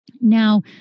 Now